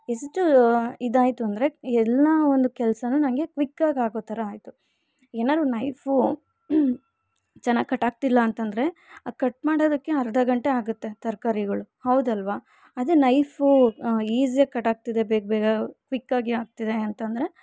ಎಷ್ಟು ಇದಾಯಿತು ಅಂದರೆ ಎಲ್ಲ ಒಂದು ಕೆಲ್ಸ ನಂಗೆ ಕ್ವಿಕ್ಕಾಗಿ ಆಗೋ ಥರ ಆಯಿತು ಏನಾರು ನೈಫು ಚೆನ್ನಾಗ್ ಕಟ್ಟಾಗ್ತಿಲ್ಲ ಅಂತಂದರೆ ಆ ಕಟ್ ಮಾಡೋದಕ್ಕೆ ಅರ್ಧ ಗಂಟೆ ಆಗುತ್ತೆ ತರಕಾರಿಗಳು ಹೌದಲ್ವಾ ಅದೇ ನೈಫು ಈಸಿಯಾಗಿ ಕಟ್ಟಾಗ್ತಿದೆ ಬೇಗ ಬೇಗ ಕ್ವಿಕ್ಕಾಗಿ ಆಗ್ತಿದೆ ಅಂತಂದರೆ